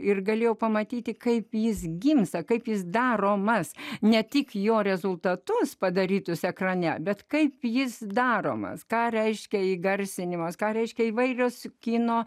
ir galėjau pamatyti kaip jis gimsta kaip jis daromas ne tik jo rezultatus padarytus ekrane bet kaip jis daromas ką reiškia įgarsinimas ką reiškia įvairios kino